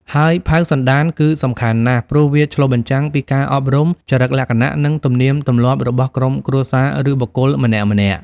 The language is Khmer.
ហើយ ផៅសន្តាន គឺសំខាន់ណាស់ ព្រោះវាឆ្លុះបញ្ចាំងពីការអប់រំ ចរិតលក្ខណៈ និងទំនៀមទម្លាប់របស់ក្រុមគ្រួសារ ឬបុគ្គលម្នាក់ៗ។